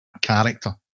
character